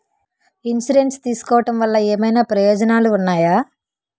Insurance తీసుకోవటం వల్ల ఏమైనా ప్రయోజనాలు ఉన్నాయా?